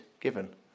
given